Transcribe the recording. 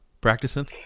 practicing